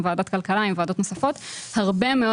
עם ועדת הכלכלה ועם ועדות נוספות הרבה מאוד